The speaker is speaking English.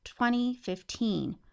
2015